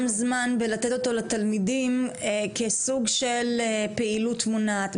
זמן בלתת אותו לתלמידים כסוג של פעילות מונעת,